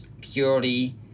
purely